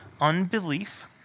unbelief